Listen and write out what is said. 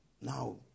Now